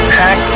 pack